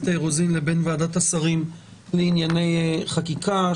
רוזין לבין ועדת השרים לענייני חקיקה,